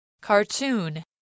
Cartoon